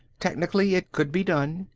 technically, it could be done.